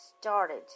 started